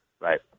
Right